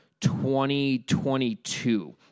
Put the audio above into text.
2022